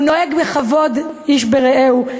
הוא נוהג בכבוד בין איש לרעהו.